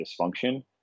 dysfunction